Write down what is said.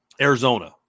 Arizona